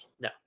No